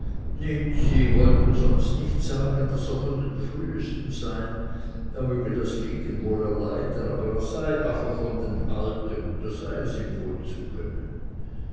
sie wollten sonst nicht sagen daß er von den frühsten sei er möge das liegen wohl erleiden aber er sei afe von den alten und da sei es ihm wohl zu gönnen